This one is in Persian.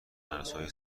مرزهای